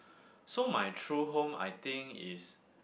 so my true home I think is